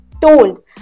told